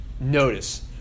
notice